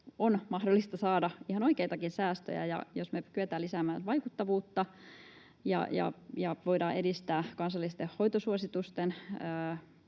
on mahdollista saada ihan oikeitakin säästöjä. Jos me kyetään lisäämään vaikuttavuutta ja voidaan edistää kansallisten hoitosuositusten